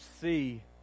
see